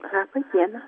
laba diena